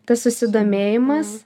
tas susidomėjimas